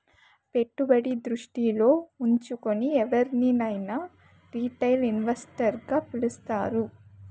పెట్టుబడి దృష్టిలో ఉంచుకుని ఎవరినైనా రిటైల్ ఇన్వెస్టర్ గా పిలుస్తారు